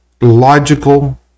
logical